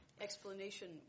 explanation